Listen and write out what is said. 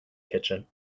kitchen